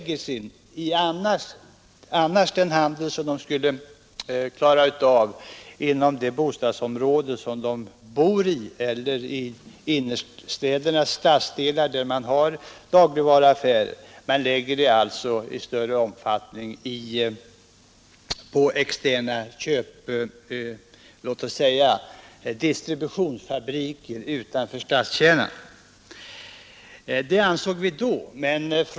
Den handel som de hade kunnat klara av inom sitt bostadsområde eller i innerstadens dagligvarubutiker har nu i stor utsträckning förlagts till externa distributionsfabriker utanför stadskärnan. Det var vår uppfattning då.